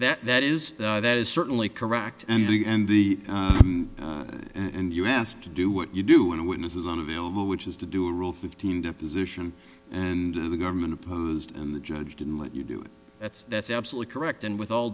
testimony that is that is certainly correct and we end the time and you ask to do what you do when a witness is unavailable which is to do rule fifteen deposition and the government opposed and the judge didn't let you do it that's that's absolutely correct and with all